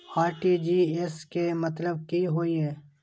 RTGS के मतलब की होय ये?